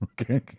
Okay